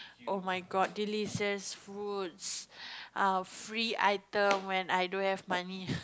oh-my-god daily says foods ah free item when i don't have money